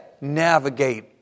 navigate